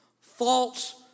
false